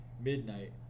midnight